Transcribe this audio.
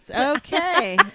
Okay